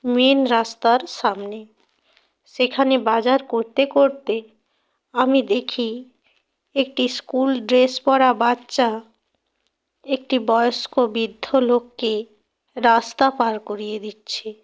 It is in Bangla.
মেন রাস্তার সামনে সেখানে বাজার করতে করতে আমি দেখি একটি স্কুল ড্রেস পরা বাচ্চা একটি বয়স্ক বৃদ্ধ লোককে রাস্তা পার করিয়ে দিচ্ছে